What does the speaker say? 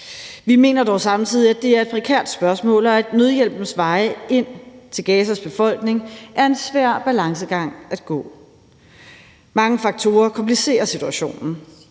Vi mener dog samtidig, at det er et prekært spørgsmål, og at nødhjælpens veje ind til Gazas befolkning er en svær balancegang at gå. Mange faktorer komplicerer situationen.